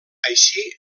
així